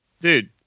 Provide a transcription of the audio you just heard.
Dude